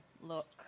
look